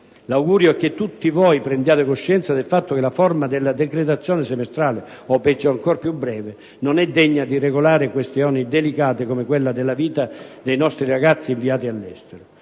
L'augurio è che tutti voi prendiate coscienza del fatto che la forma della decretazione semestrale o, peggio ancora, più breve, non è degna di regolare questioni delicate come quella della vita dei nostri ragazzi inviati all'estero.